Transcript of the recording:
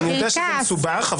אני יודע שזה מסובך,